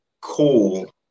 cool